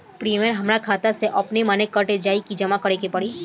Premium हमरा खाता से अपने माने कट जाई की जमा करे के पड़ी?